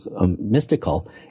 mystical